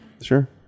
Sure